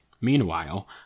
Meanwhile